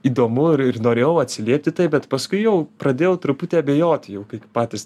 įdomu ir ir norėjau atsiliept į tai bet paskui jau pradėjau truputį abejoti jau kai patys